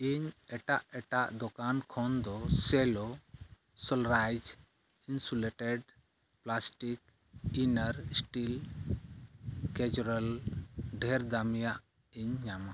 ᱤᱧ ᱮᱴᱟᱜ ᱮᱴᱟᱜ ᱫᱚᱠᱟᱱ ᱠᱷᱚᱱᱫᱚ ᱥᱮᱞᱳ ᱥᱳᱞᱟᱨᱤᱡᱽ insulated plastic inner steel casserole ᱰᱷᱮᱨ ᱫᱟᱹᱢᱤᱭᱟᱜ ᱤᱧ ᱧᱟᱢᱟ